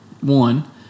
One